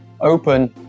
open